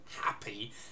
happy